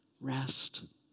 Rest